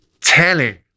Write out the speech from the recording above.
telling